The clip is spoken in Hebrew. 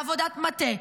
לעבודת מטה,